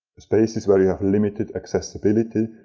spaces where you have limited accessibility,